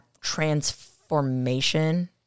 transformation